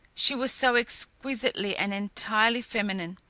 she was so exquisitely and entirely feminine,